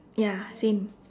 ya same